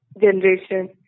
generation